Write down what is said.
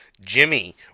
Jimmy